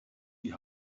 die